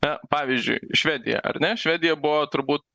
na pavyzdžiui švedija ar ne švedija buvo turbūt